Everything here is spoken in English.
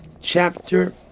chapter